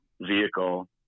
vehicle